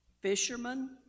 fishermen